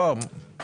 מי נמנע?